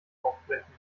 aufbrechen